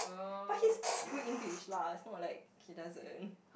but he speaks good English lah it's not like he doesn't